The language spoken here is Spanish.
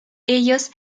ellos